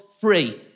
free